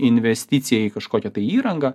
investicija į kažkokią įrangą